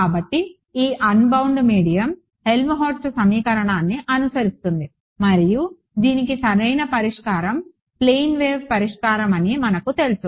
కాబట్టి ఈ unbound medium Helmholtz సమీకరణాన్ని అనుసరిస్తుంది మరియు దీనికి సరైన పరిష్కారం ప్లేన్ వేవ్ పరిష్కారం అని మనకు తెలుసు